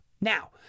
Now